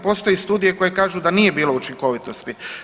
Postoje studije koje kažu da nije bilo učinkovitosti.